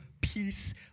peace